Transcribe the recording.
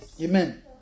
Amen